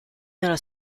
nella